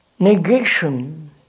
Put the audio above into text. Negation